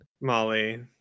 Molly